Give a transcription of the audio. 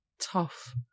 tough